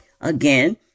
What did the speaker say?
again